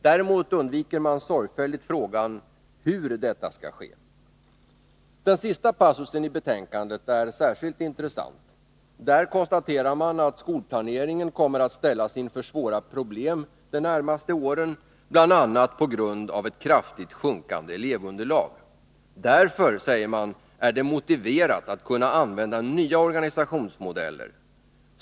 Däremot undviker man sorgfälligt frågan hur detta skall ske. Den sista passusen i betänkandet är särskilt intressant. Där konstaterar man att skolplaneringen kommer att ställas inför svåra problem de närmaste åren, bl.a. på grund av ett kraftigt sjunkande elevunderlag. Därför, säger man, är det motiverat att kunna använda nya organisationsmodeller.